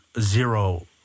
zero